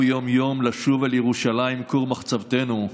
יום-יום לשוב אל ירושלים כור מחצבתנו.